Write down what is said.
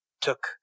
took